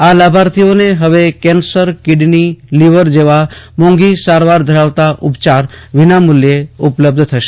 આ લાભાર્થીઓને હવે કેન્સર કિડની લીવર જેવા મોંઘી સારવાર ધરાવતા ઉપચાર વિના મૂલ્યે ઉપલબ્ધ થશે